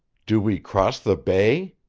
do we cross the bay?